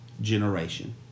generation